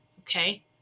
okay